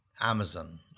Amazon